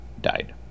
died